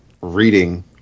reading